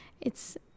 it's-